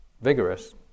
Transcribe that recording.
vigorous